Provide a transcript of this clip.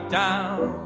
down